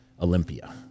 Olympia